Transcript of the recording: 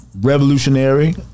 revolutionary